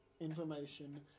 information